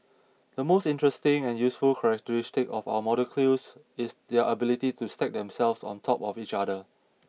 the most interesting and useful characteristic of our molecules is their ability to stack themselves on top of each other